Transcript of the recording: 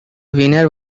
winner